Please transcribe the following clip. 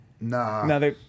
Nah